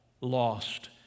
lost